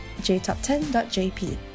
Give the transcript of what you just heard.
jtop10.jp